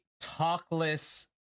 talkless